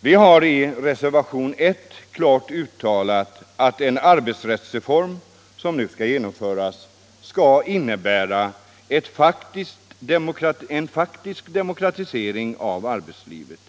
Vi har i reservationen 1 klart uttalat att den arbetsrättsreform som nu skall genomföras bör innebära en praktisk demokratisering av arbetslivet.